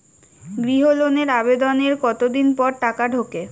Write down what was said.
গৃহ লোনের আবেদনের কতদিন পর টাকা ঢোকে?